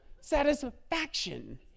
Satisfaction